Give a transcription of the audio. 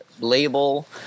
label